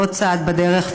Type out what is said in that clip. זה עוד צעד בדרך.